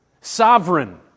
Sovereign